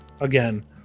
again